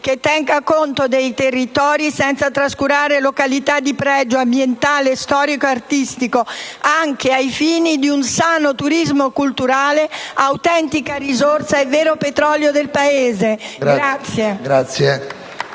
che tenga conto dei territori senza trascurare località di pregio ambientale, storico e artistico, anche ai fini di un sano turismo culturale, autentica risorsa e vero petrolio del Paese.*(Applausi